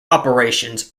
operations